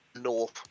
north